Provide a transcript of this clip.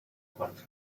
cuarto